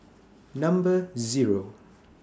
Number Zero